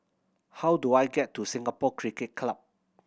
how do I get to Singapore Cricket Club